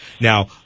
Now